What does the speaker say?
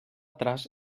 traç